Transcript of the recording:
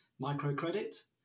microcredit